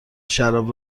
شراب